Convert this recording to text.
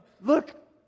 look